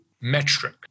metric